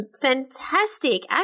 fantastic